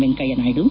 Venkaiah Naidu